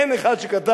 אין אחד שכתב.